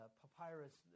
papyrus